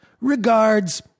Regards